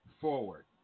forward